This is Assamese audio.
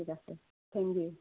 ঠিক আছে থেংকিউ